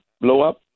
blow-up